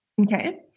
Okay